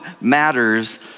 matters